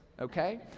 Okay